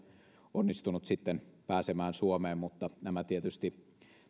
onnistunut sitten pääsemään suomeen mutta nämä tietysti